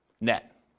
net